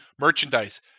Merchandise